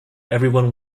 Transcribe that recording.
everyone